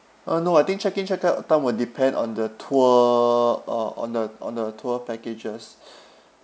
uh no I think check in check out time will depend on the tour uh on the on the tour packages